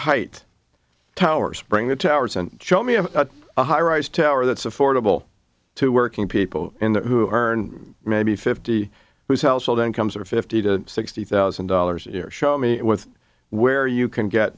height towers bring the towers and show me a high rise tower that's affordable to working people in the who earn maybe fifty whose household incomes are fifty to sixty thousand dollars a year show me with where you can get